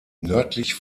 nördlich